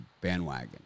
bandwagon